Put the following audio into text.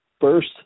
First